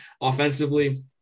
offensively